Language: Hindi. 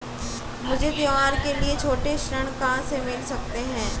मुझे त्योहारों के लिए छोटे ऋृण कहां से मिल सकते हैं?